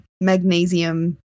magnesium